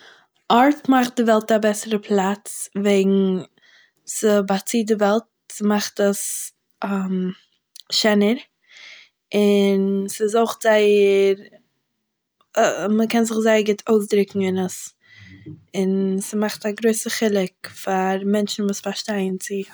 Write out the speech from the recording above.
ארט מאכט די וועלט א בעסערע פלאץ וועגן ס'באצירט די וועלט, ס'מאכט עס שענער, און ס'איז אויך זייער, מ'קען זיך זייער גוט אויסדריקן אין עס, און ס'מאכט א גרויסע חילוק פאר מענטשן וואס פארשטייען צו דאס